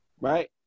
Right